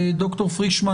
ד"ר פרישמן